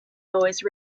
noise